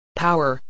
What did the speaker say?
Power